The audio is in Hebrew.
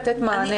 לתת מענה.